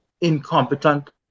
incompetent